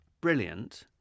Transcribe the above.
brilliant